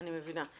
אני מבינה.